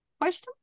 question